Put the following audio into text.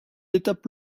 étape